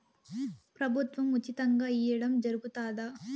ప్రభుత్వం ఉచితంగా ఇయ్యడం జరుగుతాదా?